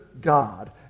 god